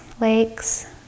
lakes